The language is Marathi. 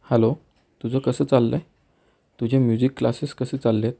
हॅलो तुझं कसं चाललं आहे तुझे म्युझिक क्लासेस कसे चालले आहेत